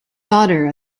daughter